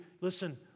listen